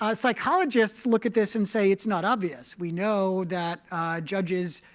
ah psychologists look at this and say, it's not obvious. we know that judges,